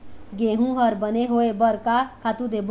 गेहूं हर बने होय बर का खातू देबो?